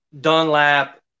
Dunlap